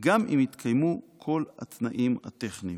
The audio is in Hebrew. גם אם התקיימו כל התנאים הטכניים.